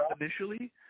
initially